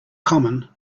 common